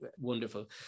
wonderful